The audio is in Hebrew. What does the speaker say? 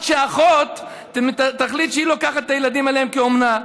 שהאחות תחליט שהיא לוקחת את הילדים אליה כאומנה.